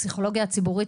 שהפסיכולוגיה הציבורית,